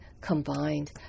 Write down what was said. Combined